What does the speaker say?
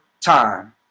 time